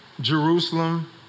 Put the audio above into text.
Jerusalem